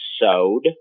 sewed